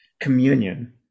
communion